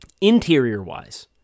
Interior-wise